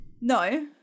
No